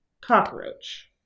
cockroach